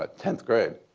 ah tenth grade.